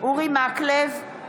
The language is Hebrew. אורי מקלב,